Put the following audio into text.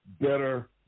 better